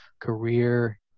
career